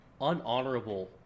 unhonorable